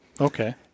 Okay